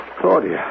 Claudia